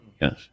yes